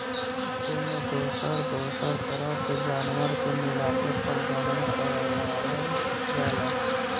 एमें दोसर दोसर तरह के जानवर के मिलाके प्रजनन करवावल जाला